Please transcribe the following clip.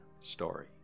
story